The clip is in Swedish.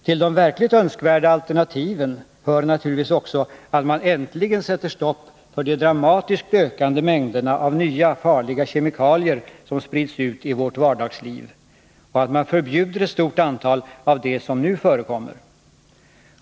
Till de verkligt önskvärda alternativen hör naturligtvis också att man äntligen sätter stopp för de dramatiskt ökande mängderna av nya farliga kemikalier som sprids ut i vårt vardagsliv och att man förbjuder ett stort antal av dem som nu förekommer.